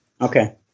Okay